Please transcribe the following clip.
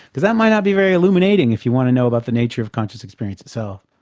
because that might not be very illuminating if you want to know about the nature of conscious experience itself.